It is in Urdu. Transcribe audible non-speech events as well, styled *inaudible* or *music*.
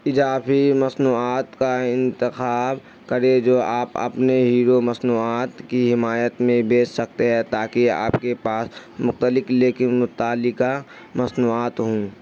اضافی مصنوعات کا انتخاب کریں جو آپ اپنے ہیرو مصنوعات کی حمایت میں بیچ سکتے ہیں تاکہ آپ کے پاس *unintelligible* مختلف لیکن متعلقہ مصنوعات ہوں